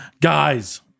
guys